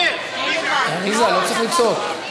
עליזה, לא צריך לצעוק.